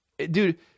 Dude